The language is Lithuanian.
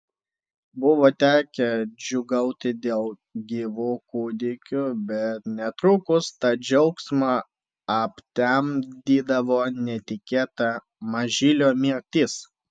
buvo tekę džiūgauti dėl gyvų kūdikių bet netrukus tą džiaugsmą aptemdydavo netikėta mažylio mirtis